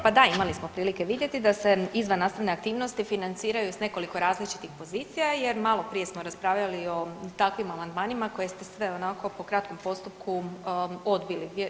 Pa da imali smo prilike vidjeti da se izvannastavne aktivnosti financiraju s nekoliko različitih pozicija jer maloprije smo raspravljali o takvim amandmanima koje ste sve onako po kratkom postupku odbili.